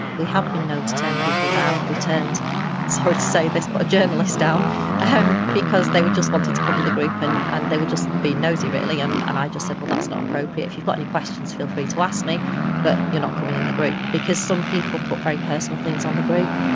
we have been known to turn people down, we turned sorry to say this but a journalist down um because they just wanted to come in the group and and they were just being nosy really and and i just said well that's not appropriate, if you've got any questions feel free to ask me but you're not coming in the group because some people put very personal things on the group,